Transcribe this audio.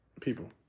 people